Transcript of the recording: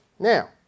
Now